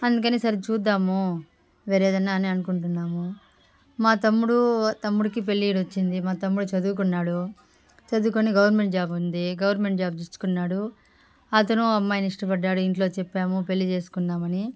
అందుకని సరి చూద్దాము వేరే ఏదన్నా అని అనుకుంటున్నాము మా తమ్ముడు తమ్ముడికి పెళ్లి ఈడొచ్చింది మా తమ్ముడు చదువుకున్నాడు చదువుకుని గవర్నమెంట్ జాబ్ ఉంది గవర్నమెంట్ జాబ్ తెచ్చుకున్నాడు అతను ఓ అమ్మాయిని ఇష్టపడ్డాడు ఇంట్లో చెప్పాము పెళ్లి చేసుకుందామని